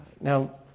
Now